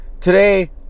Today